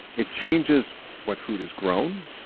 it changes what food is grown,